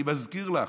אני מזכיר לך: